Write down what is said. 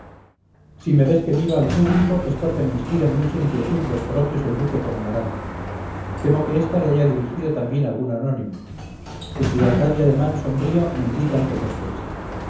si me ves que miro al público es porque me inspiran mucha inquietud los coloquios del duque con amaranta temo que ésta le haya dirigido también algún anónimo su frialdad y ademán sombrío me indican que sospecha